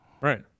right